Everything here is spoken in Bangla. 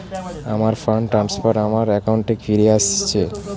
আমার ফান্ড ট্রান্সফার আমার অ্যাকাউন্টে ফিরে এসেছে